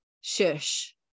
shush